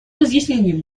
разъяснением